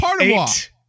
Eight